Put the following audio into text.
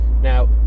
Now